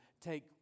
take